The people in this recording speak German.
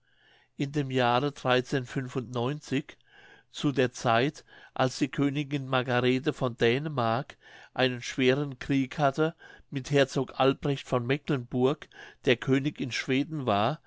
in dem jahre zu der zeit als die königin margarethe von dänemark einen schweren krieg hatte mit herzog albrecht von mecklenburg der könig in schweden war